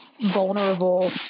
vulnerable